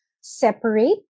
separate